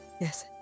yes